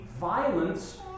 Violence